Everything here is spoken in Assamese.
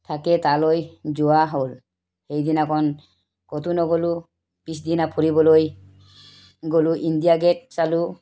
থাকে তালৈ যোৱা হ'ল সেইদিনাখন ক'তো নগ'লো পিছদিনা ফুৰিবলৈ গ'লোঁ ইণ্ডিয়া গে'ট চালোঁ